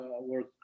work